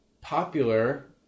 popular